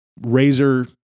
razor